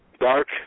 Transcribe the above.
dark